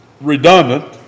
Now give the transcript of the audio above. redundant